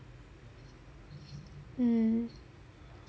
mm